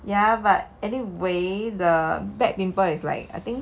ya but anyway the back pimple is like I think